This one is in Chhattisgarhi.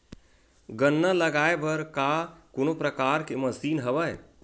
गन्ना लगाये बर का कोनो प्रकार के मशीन हवय?